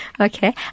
Okay